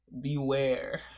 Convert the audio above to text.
beware